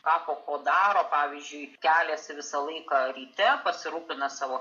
ką po ko daro pavyzdžiui keliasi visą laiką ryte pasirūpina savo